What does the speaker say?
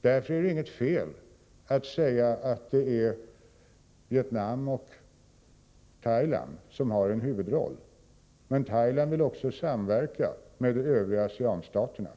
Därför är det inget fel att säga att det är Vietnam och Thailand som har en huvudroll, men Thailand vill också samverka med de övriga ASEAN-staterna.